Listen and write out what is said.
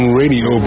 radio